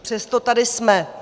Přesto tady jsme!